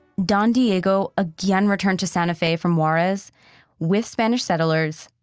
don diego again returned to santa fe from juarez with spanish settlers,